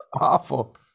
awful